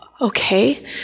okay